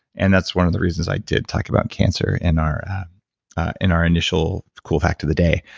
and that's one of the reasons i did talk about cancer in our in our initial cool fact of the day.